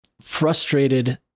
frustrated